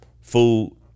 Food